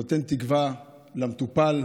נותן תקווה למטופל,